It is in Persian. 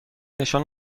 نشان